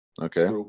Okay